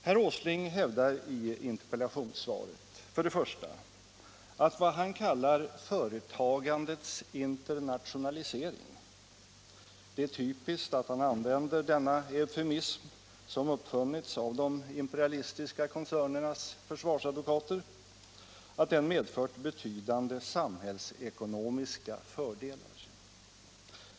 Herr Åsling hävdar i interpellationssvaret: 1. att vad han kallar ”företagandets internationalisering” — det är typiskt att han använder denna eufemism som uppfunnits av de imperialistiska koncernernas försvarsadvokater — medfört betydande samhällsekonomiska fördelar.